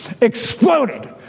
exploded